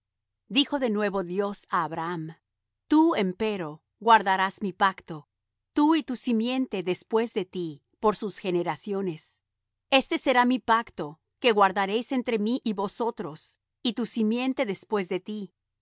dijo de nuevo dios á abraham tú empero guardarás mi pacto tú y tu simiente después de ti por sus generaciones este será mi pacto que guardaréis entre mí y vosotros y tu simiente después de ti